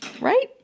right